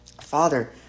father